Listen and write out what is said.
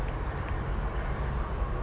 कांद्याची किंमत उद्या वाढात की कमी होईत?